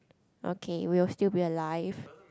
okay we will still be alive